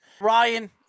Ryan